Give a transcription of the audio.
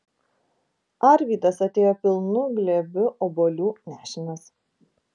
arvydas atėjo pilnu glėbiu obuolių nešinas